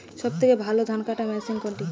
সবথেকে ভালো ধানকাটা মেশিন কোনটি?